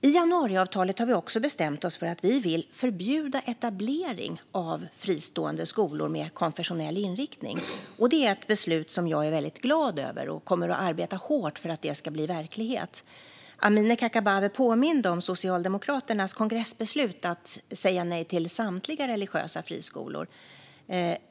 I januariavtalet har vi även bestämt oss för att vi vill förbjuda etablering av fristående skolor med konfessionell inriktning. Det är ett beslut jag är väldigt glad över, och jag kommer att arbeta hårt för att det ska bli verklighet. Amineh Kakabaveh påminde om Socialdemokraternas kongressbeslut att säga nej till samtliga religiösa friskolor.